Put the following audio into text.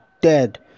dead